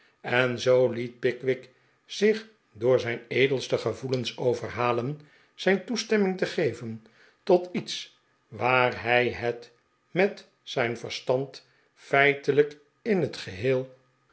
en zoo liet pickwick zich door zijn edelste gevoelens overhalen zijn toestemming te geven tot iets waar hij het met zijn verstand feitelijk in het geheel